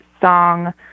song